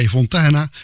Fontana